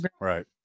right